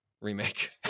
remake